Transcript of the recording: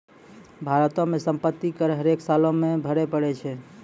भारतो मे सम्पति कर हरेक सालो मे भरे पड़ै छै